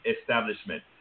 establishment